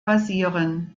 basieren